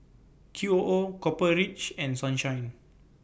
Q O O Copper Ridge and Sunshine